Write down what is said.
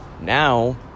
now